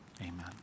amen